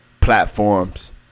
platforms